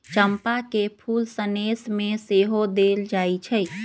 चंपा के फूल सनेश में सेहो देल जाइ छइ